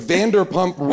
Vanderpump